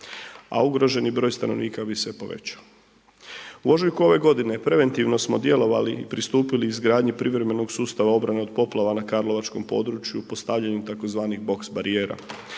a ugroženi broj stanovnika bi se povećao. U ožujku ove godine preventivno smo djelovali i pristupili izgradnji privremenog sustava obrane od poplava na karlovačkom području postavljanjem tzv. boks-barijera